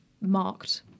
marked